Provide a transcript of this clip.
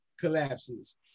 collapses